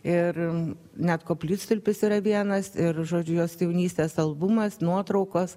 ir net koplytstulpis yra vienas ir žodžiu jos jaunystės albumas nuotraukos